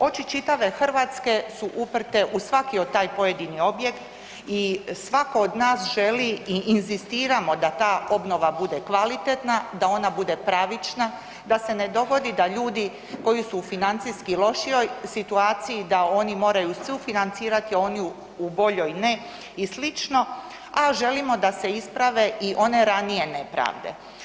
Oči čitave Hrvatske su uprte u svaki od taj pojedini objekt i svako od nas želi i inzistiramo da ta obnova bude kvalitetna, da ona bude pravična, da se ne dogodi da ljudi koji su u financijski lošijoj situaciji da oni moraju sufinancirati, oni u boljoj ne i slično, a želimo da se isprave i one ranije nepravde.